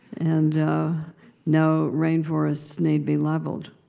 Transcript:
and no rainforests need be leveled.